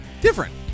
Different